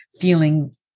feeling